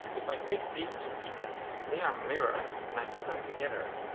if i take these two pieces, they are mirrored and i put them together,